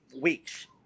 weeks